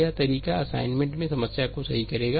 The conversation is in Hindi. यह तरीका असाइनमेंट में समस्या को सही करेगा